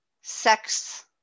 sex